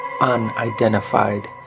unidentified